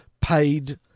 paid